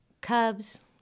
Cubs